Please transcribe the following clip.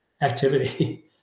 activity